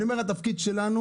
התפקיד שלנו